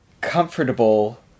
comfortable